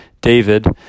David